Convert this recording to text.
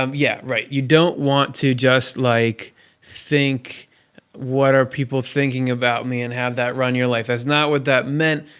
um yeah, right, you don't want to just like think what are people thinking about me and have that run your life. that's not what that meant.